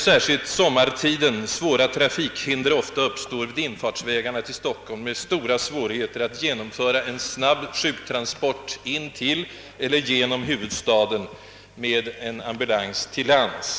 Särskilt sommartid uppstår ofta svåra trafikhinder vid tillfartsvägarna till Stockholm med stora svårigheter att genomföra en snabb sjuktransport in till eller genom huvudstaden med en ambulans till lands.